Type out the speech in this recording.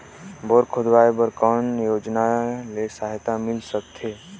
Bore खोदवाय बर कौन योजना ले सहायता मिल सकथे?